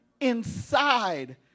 inside